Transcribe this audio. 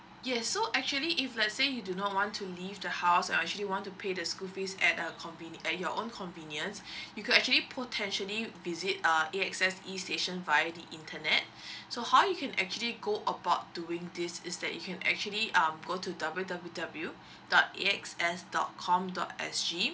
yes so actually if lets say you do not want to leave the house uh actually want to pay the school fees at a conve~ at your own convenience you could actually potentially visit uh A_X_S E station via the internet so how you can actually go about doing this is that you can actually um go to W W W dot A X S dot com dot S G